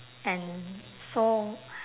and so